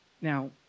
Now